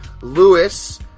Lewis